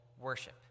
worship